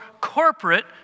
corporate